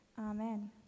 Amen